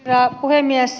herra puhemies